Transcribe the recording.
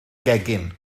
gegin